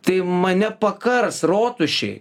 tai mane pakars rotušėj